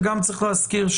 וגם צריך להזכיר,